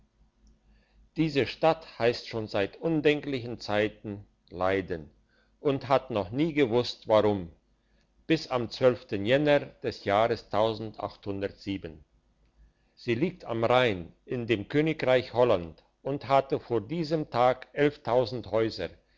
diese stadt heisst schon seit undenklichen zeiten leiden und hat noch nie gewusst warum bis am jänner des jahres sie liegt am rhein in dem königreich holland und hatte vor diesem tag elftausend häuser